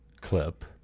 clip